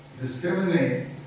discriminate